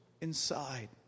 inside